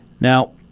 Now